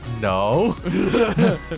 no